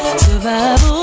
survival